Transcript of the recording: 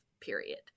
period